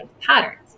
patterns